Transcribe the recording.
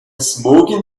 smoking